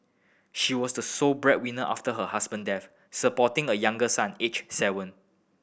she was the sole breadwinner after her husband death supporting a younger son aged seven